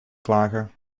klagen